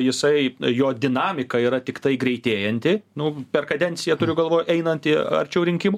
jisai jo dinamika yra tiktai greitėjanti nu per kadenciją turiu galvoj einant į arčiau rinkimų